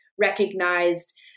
recognized